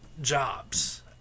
jobs